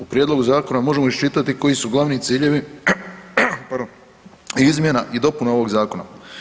U prijedlogu zakona možemo iščitati koji su glavni ciljevi izmjena i dopuna ovog zakona.